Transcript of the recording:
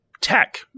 tech